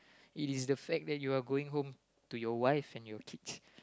it is the fact that you are going home to your wife and your kids